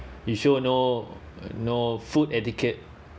you show no no food etiquette